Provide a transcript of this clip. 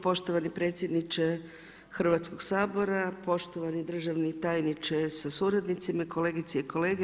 Poštovani predsjedniče Hrvatskog sabora, poštovani državni tajniče sa suradnicima, kolegice i kolege.